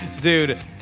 Dude